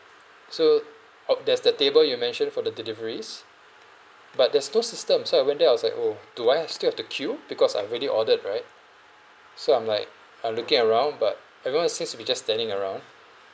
so hope there's the table you mention for the deliveries but there's no system so I went there I was like oh do I have still have to queue because I've already ordered right so I'm like I'm looking around but everyone seems to be just standing around